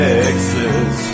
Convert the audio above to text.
Texas